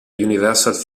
universal